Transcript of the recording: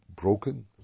broken